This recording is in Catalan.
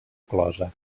closa